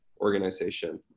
organization